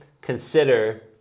consider